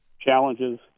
challenges